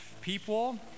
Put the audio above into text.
people